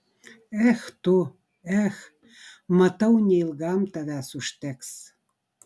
ech tu ech matau neilgam tavęs užteks